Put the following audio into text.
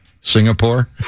Singapore